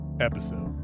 episode